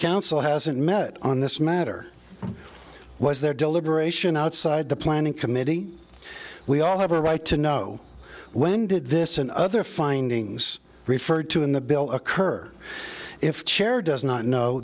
council hasn't met on this matter was their deliberation outside the planning committee we all have a right to know when did this and other findings referred to in the bill occur if chair does not know